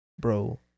bro